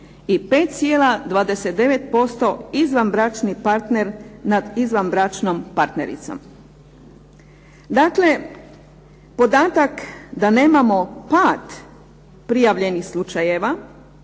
i 5,29% izvanbračni partner nad izvanbračnom partnericom. Dakle, podatak da nemamo pad prijavljenih slučajeva,